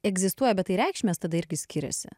egzistuoja bet tai reikšmės tada irgi skiriasi